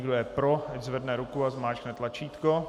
Kdo je pro, ať zvedne ruku a zmáčkne tlačítko.